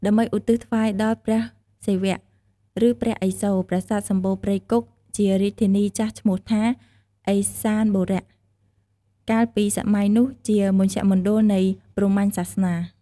ដើម្បីឧទ្ទិសថ្វាយដល់ ព្រះសិវៈ ឬព្រះឥសូរ ប្រាសាទសំបូរព្រៃគុក ជារាជធានីចាស់ឈ្មោះថា ឥសានបុរៈ កាលពីសម័យនោះជាមជ្ឈមណ្ឌលនៃព្រាហ្មញ្ញសាសនា។